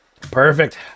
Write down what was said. Perfect